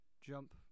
jump